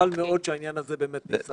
חבל מאוד שהעניין הזה באמת נפסק.